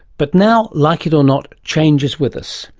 but now, like it or not, change is with us.